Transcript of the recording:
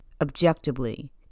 objectively